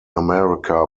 america